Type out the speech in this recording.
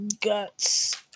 Guts